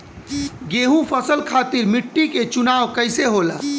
गेंहू फसल खातिर मिट्टी के चुनाव कईसे होला?